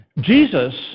Jesus